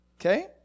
okay